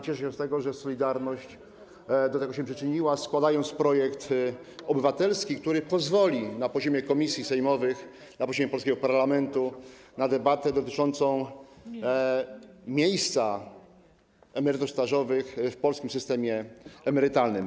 Cieszę się z tego, że „Solidarność” się do tego przyczyniła, składając projekt obywatelski, który pozwoli na poziomie komisji sejmowych, na poziomie polskiego parlamentu na debatę dotyczącą miejsca emerytur stażowych w polskim systemie emerytalnym.